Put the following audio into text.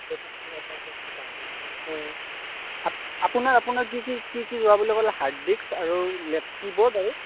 আপোনা আপোনাৰ কি কি যোৱা বুলি ক'লে হাৰ্ড ডিস্ক আৰু লে কী বৰ্ড আৰু